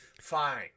fine